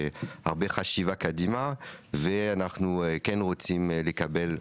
הרבה חשיבה קדימה ואנחנו כן רוצים לקבל,